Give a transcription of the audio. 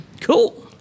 Cool